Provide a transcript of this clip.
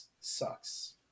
sucks